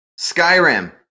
Skyrim